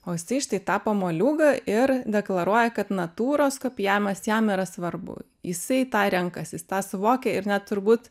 o jisai štai tapo moliūgą ir deklaruoja kad natūros kopijavimas jam yra svarbu jisai tą renkasi jis tą suvokia ir net turbūt